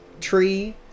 tree